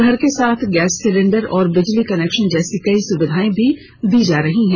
घर के साथ गैस सिलेंडर और बिजली कनेक्शन जैसी कई सुविधाएं भी दी जा रही हैं